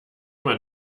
man